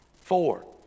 Four